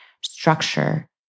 structure